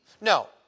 No